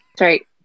right